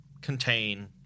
contain